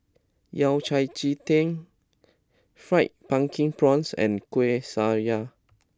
Yao Cai Ji Tang Fried Pumpkin Prawns and Kueh Syara